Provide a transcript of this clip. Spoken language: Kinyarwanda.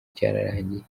cyararangiye